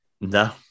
No